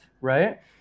Right